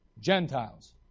Gentiles